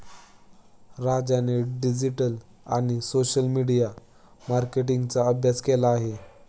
राजाने डिजिटल आणि social media मार्केटिंगचा अभ्यास केला आहे